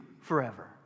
forever